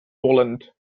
poland